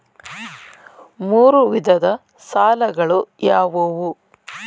ಮೂರು ವಿಧದ ಸಾಲಗಳು ಯಾವುವು?